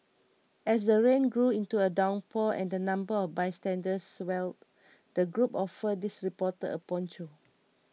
as the rain grew into a downpour and the number of bystanders swelled the group offered this reporter a poncho